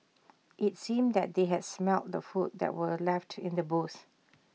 IT seemed that they had smelt the food that were left in the boots